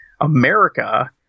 America